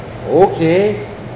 Okay